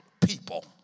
people